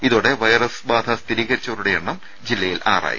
ഇതോടെ വൈറസ് ബാധ സ്ഥിരീകരിച്ചവരുടെ എണ്ണം ജില്ലയിൽ ആറായി